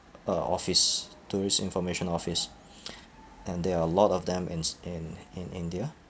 uh office tourist information office and there are a lot of them ins in in india